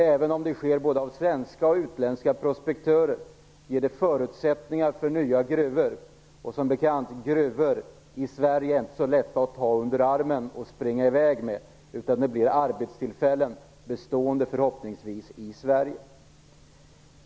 Även om det sker av både svenska och utländska prospektörer ger det förutsättningar för nya gruvor. Som bekant är det inte så lätt att ta gruvor i Sverige under armen och springa i väg med dem, utan det blir arbetstillfällen i Sverige, som förhoppningsvis blir bestående.